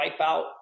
wipeout